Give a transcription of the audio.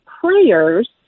prayers